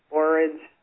orange